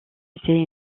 était